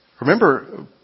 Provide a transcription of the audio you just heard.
remember